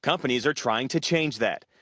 companies are trying to change that.